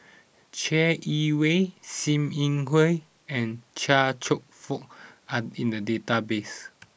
Chai Yee Wei Sim Yi Hui and Chia Cheong Fook are in the database